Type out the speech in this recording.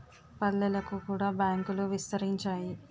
పల్లెలకు కూడా బ్యాంకులు విస్తరించాయి